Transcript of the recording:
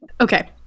okay